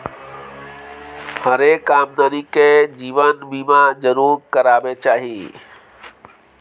हरेक आदमीकेँ जीवन बीमा जरूर करेबाक चाही